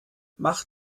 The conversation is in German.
mach